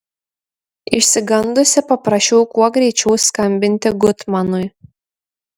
išsigandusi paprašiau kuo greičiau skambinti gutmanui